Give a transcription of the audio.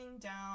down